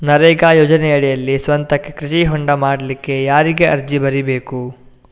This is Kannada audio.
ನರೇಗಾ ಯೋಜನೆಯಡಿಯಲ್ಲಿ ಸ್ವಂತಕ್ಕೆ ಕೃಷಿ ಹೊಂಡ ಮಾಡ್ಲಿಕ್ಕೆ ಯಾರಿಗೆ ಅರ್ಜಿ ಬರಿಬೇಕು?